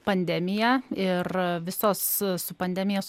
pandemija ir visos su pandemija